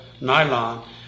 nylon